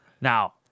Now